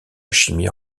chimie